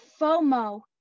FOMO